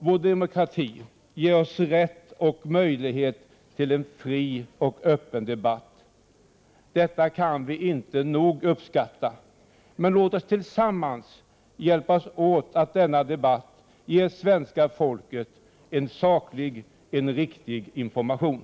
Vår demokrati ger oss rätt och möjlighet till en fri och öppen debatt. Detta kan vi inte nog uppskatta. Men låt oss tillsammans hjälpas åt, så att denna debatt ger svenska folket en saklig och riktig information.